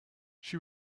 she